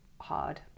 hard